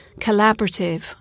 collaborative